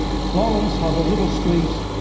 florence has a little street